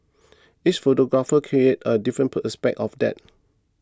each photographer created a different per aspect of that